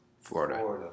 Florida